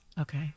okay